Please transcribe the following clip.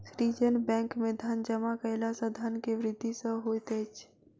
सृजन बैंक में धन जमा कयला सॅ धन के वृद्धि सॅ होइत अछि